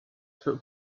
für